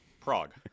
Prague